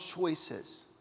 choices